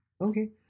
Okay